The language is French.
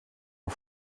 aux